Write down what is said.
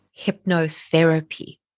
hypnotherapy